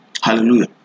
Hallelujah